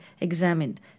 examined